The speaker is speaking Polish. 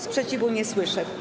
Sprzeciwu nie słyszę.